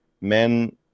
men